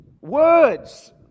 Words